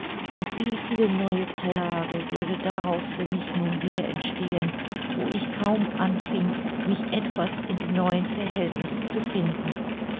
und wie viel neue plage würde daraus für mich nun wieder entstehen wo ich kaum anfing mich etwas in die neuen verhältnisse zu finden